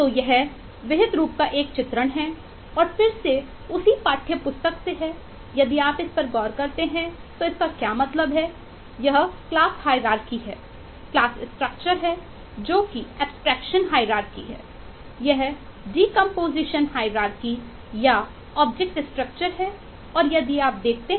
तो यह विहित रूप का एक चित्रण है और फिर से उसी पाठ्य पुस्तक से है यदि आप इस पर गौर करते हैं तो इसका क्या मतलब है यह क्लास हाइरारकी हैं